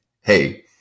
hey